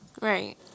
Right